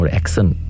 accent